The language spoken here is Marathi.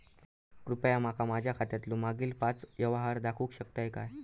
कृपया माका माझ्या खात्यातलो मागील पाच यव्हहार दाखवु शकतय काय?